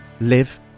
live